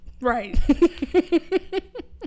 Right